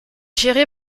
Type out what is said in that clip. géré